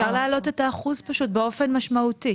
קרן: אפשר להעלות את האחוז באופן משמעותי.